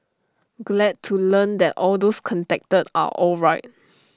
glad to learn that all those contacted are alright